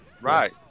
right